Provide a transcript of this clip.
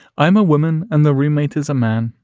i'm a woman and the roommate is a man.